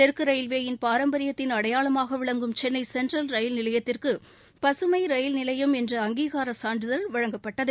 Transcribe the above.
தெற்கு ரயில்வேயின் பாரம்பரியத்தின் அடையாளமாக விளங்கும் சென்னை சென்ட்ரல் ரயில் நிலையத்திற்கு பசுமை ரயில் நிலையம் என்ற அங்கீகார சான்றிதழ் வழங்கப்பட்டது